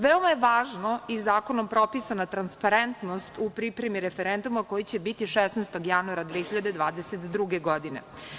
Veoma je važno i zakonom propisana transparentnost u pripremi referenduma koji će biti 16. januara 2022. godine.